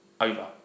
Over